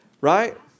Right